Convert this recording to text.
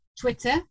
Twitter